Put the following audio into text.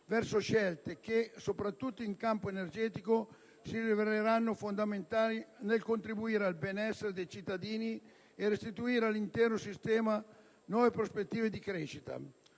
verso scelte che, soprattutto in campo energetico, si rileveranno fondamentali nel contribuire al benessere dei cittadini e restituire all'intero sistema nuove prospettive di crescita.